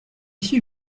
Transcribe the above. suis